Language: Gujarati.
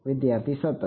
વિદ્યાર્થી સતત